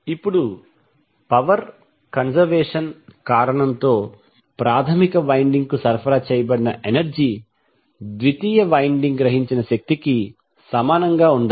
ఇప్పుడు power conservation కారణంతో ప్రాధమిక వైండింగ్ కు సరఫరా చేయబడిన ఎనర్జీ ద్వితీయ వైండింగ్ గ్రహించిన శక్తికి సమానంగా ఉండాలి